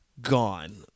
Gone